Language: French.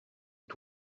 est